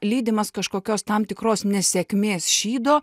lydimas kažkokios tam tikros nesėkmės šydo